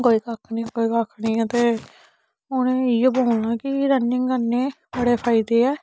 कोई कक्ख निं कोई कक्ख निं ऐ ते उ'नें इ'यै बोलना कि रनिंग कन्नै बड़े फायदे ऐ